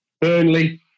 Burnley